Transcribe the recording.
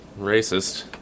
racist